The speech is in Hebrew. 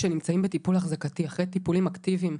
אחרי טיפולים אקטיביים,